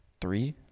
three